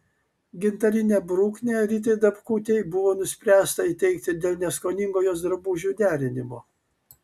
gintarinę bruknę ritai dapkutei buvo nuspręsta įteikti dėl neskoningo jos drabužių derinimo